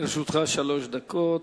לרשותך שלוש דקות.